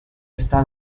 està